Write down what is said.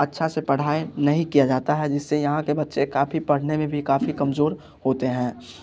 अच्छा से पढ़ाई नहीं किया जाता है जिससे यहाँ के बच्चे काफ़ी पढ़ने में भी काफ़ी कमजोर होते हैं